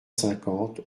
cinquante